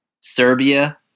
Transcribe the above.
Serbia